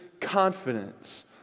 confidence